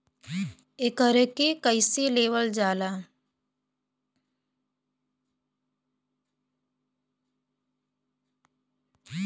एकरके कईसे लेवल जाला?